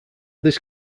this